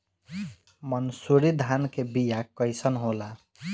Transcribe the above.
मनसुरी धान के बिया कईसन होला?